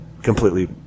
completely